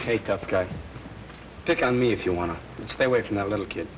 take up guy pick on me if you want to stay away from that little kid